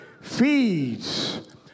feeds